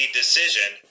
decision